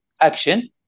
action